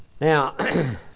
Now